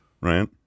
Right